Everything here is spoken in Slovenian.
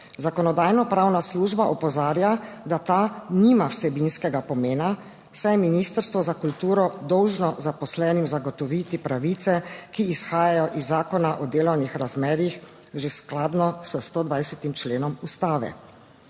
Zakonodajno-pravna služba opozarja, da ta nima vsebinskega pomena, saj je Ministrstvo za kulturo dolžno zaposlenim zagotoviti pravice, ki izhajajo iz zakona o delovnih razmerjih, že skladno s 120. členom Ustave.